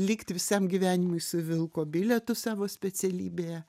likti visam gyvenimui su vilko bilietu savo specialybėje